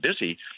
busy